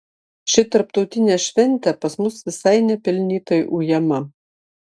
ši tarptautinė šventė pas mus visai nepelnytai ujama